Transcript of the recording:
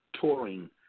touring